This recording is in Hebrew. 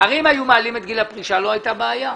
הרי אם היו מעלים את גיל הפרישה, לא הייתה בעיה.